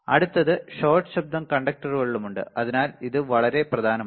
അടുത്തത് ഷോട്ട് ശബ്ദം കണ്ടക്ടറിലും ഉണ്ട് അതിനാൽ ഇത് വളരെ പ്രധാനമാണ്